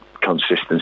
consistency